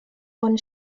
von